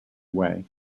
way